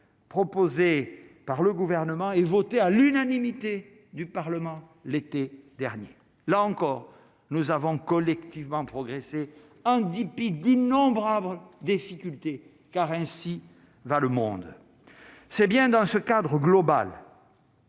proposées par le gouvernement et voté à l'unanimité du parlement l'été dernier, là encore, nous avons collectivement progresser en dépit d'innombrables difficultés car ainsi va le monde, c'est bien dans ce cadre global